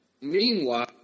meanwhile